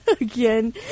Again